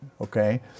okay